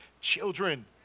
children